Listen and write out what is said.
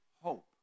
hope